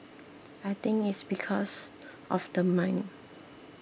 I think it's because of the mine